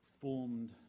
formed